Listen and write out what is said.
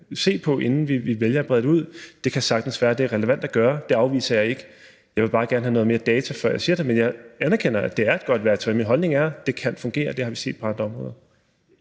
inden vi vælger at brede det ud. Det kan sagtens være, at det er relevant at gøre. Det afviser jeg ikke. Jeg vil bare gerne have noget mere data, før jeg siger det, men jeg anerkender, at det er et godt værktøj. Min holdning er: Det kan fungere. Det har vi set på andre områder.